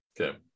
Okay